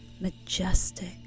majestic